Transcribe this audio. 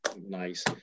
nice